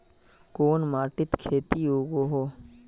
कोन माटित खेती उगोहो?